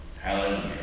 Hallelujah